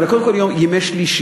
תראה, קודם כול ימי שלישי.